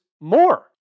more